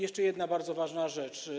Jeszcze jedna bardzo ważna rzecz.